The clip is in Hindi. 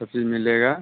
सब चीज़ मिलेगा